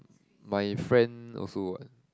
my friend also what